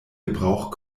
gebrauch